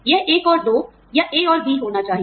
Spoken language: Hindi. यह एक और दो या ए और बी होना चाहिए